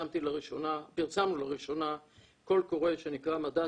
פרסמנו לראשונה קול קורא שנקרא 'מדע,